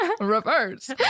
reverse